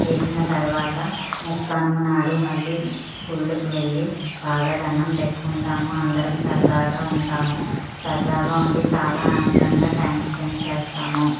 చేసిన తర్వాత ముక్కనుమ నాడు మళ్లీ గుళ్లకు వెళ్లి బాగా దండం పెట్టుకుంటాము అందరం సరదాగా ఉంటాము సరదాగా ఉండి చాలా ఆనందంగా టైం స్పెండ్ చేస్తాము